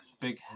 big